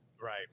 Right